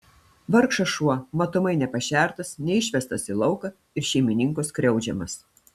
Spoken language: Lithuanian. vargšas šuo matomai nepašertas neišvestas į lauką ir šeimininko skriaudžiamas